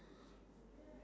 okay sure